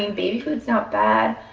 and baby food's not bad.